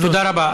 תודה רבה.